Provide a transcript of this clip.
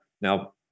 now